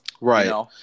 Right